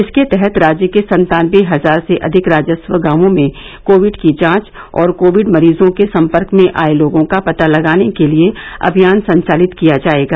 इसके तहत राज्य के सत्तानवे हजार से अधिक राजस्व गांवों में कोविड की जांच और कोविड मरीजों के सम्पर्क में आये लोगों का पता लगाने के लिये अभियान संचालित किया जायेगा